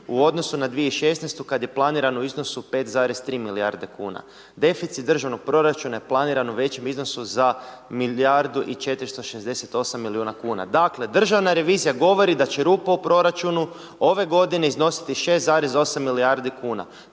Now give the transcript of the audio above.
u odnosu na 2016., kad je planiran u iznosu 5,3 milijarde kuna. Deficit državnog proračuna je planiran u većom iznosu za milijardu i 468 milijuna kuna“. Dakle, državna revizija govori da će rupa u proračunu ove godine iznositi 6,8 milijardi kuna.